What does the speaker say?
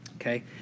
Okay